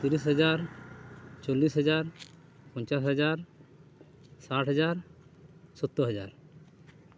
ᱛᱤᱨᱤᱥ ᱦᱟᱡᱟᱨ ᱪᱚᱞᱤᱥ ᱦᱟᱡᱟᱨ ᱯᱚᱧᱪᱟᱥ ᱦᱟᱡᱟᱨ ᱥᱟᱴ ᱦᱟᱡᱟᱨ ᱥᱳᱛᱛᱳᱨ ᱦᱟᱡᱟᱨ